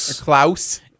Klaus